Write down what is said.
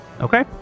Okay